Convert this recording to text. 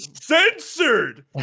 censored